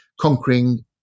conquering